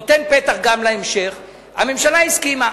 ונותן פתח גם להמשך, והממשלה הסכימה.